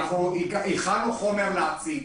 אנחנו הכנו חומר לעתיד.